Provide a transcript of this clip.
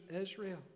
Israel